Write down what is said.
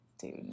dude